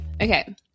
Okay